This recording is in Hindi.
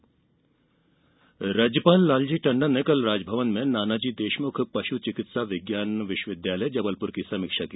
राज्यपाल राज्यपाल लाल जी टंडन ने कल राजभवन में नाना जी देशमुख पश् चिकित्सा विज्ञान विश्वविद्यालय जबलपुर की समीक्षा की